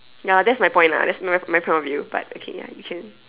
ya that's my point lah that's my my point of view but okay ya you can